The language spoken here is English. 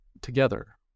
together